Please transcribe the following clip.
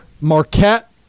Marquette